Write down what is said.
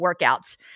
workouts